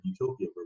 utopia